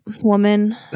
woman